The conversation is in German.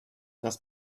das